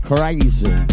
Crazy